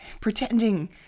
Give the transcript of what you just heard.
pretending